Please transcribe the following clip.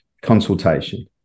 consultation